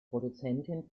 produzentin